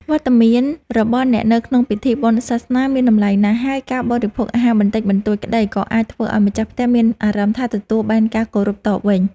វត្តមានរបស់អ្នកនៅក្នុងពិធីបុណ្យសាសនាមានតម្លៃណាស់ ហើយការបរិភោគអាហារបន្តិចបន្តួចក្តី ក៏អាចធ្វើឱ្យម្ចាស់ផ្ទះមានអារម្មណ៍ថាទទួលបានការគោរពតបវិញ។